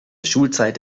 schulzeit